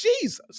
Jesus